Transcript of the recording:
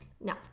No